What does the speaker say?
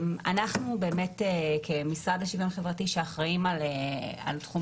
אנחנו כמשרד לשיוויון חברתי שאחראיים על תחום